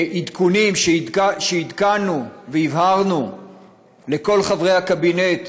ועדכונים שעדכנו, והבהרנו לכל חברי הקבינט,